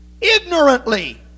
ignorantly